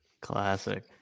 classic